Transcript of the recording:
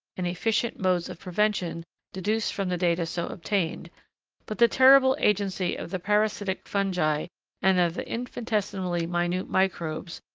and efficient modes of prevention deduced from the data so obtained but the terrible agency of the parasitic fungi and of the infinitesimally minute microbes,